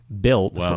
built